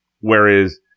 Whereas